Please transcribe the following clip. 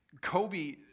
Kobe